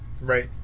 Right